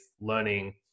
learning